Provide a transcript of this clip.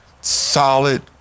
solid